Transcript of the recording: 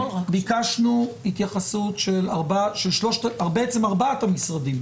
וביקשנו התייחסות של ארבעת המשרדים,